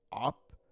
up